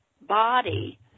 body